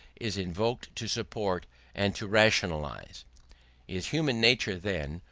is invoked to support and to rationalise. is human nature, then,